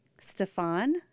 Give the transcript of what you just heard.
Stefan